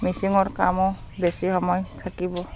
মিচিঙৰ কামো বেছি সময় থাকিব